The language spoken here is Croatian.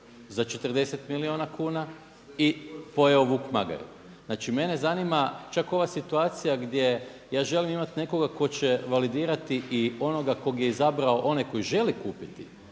za 40 milijuna kuna i pojeo vuk magare. Znači mene zanima čak ova situacija gdje ja želim imati nekoga tko će validirati i onoga kog je izabrao ona koji želi kupiti,